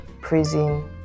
prison